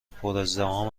پرازدحام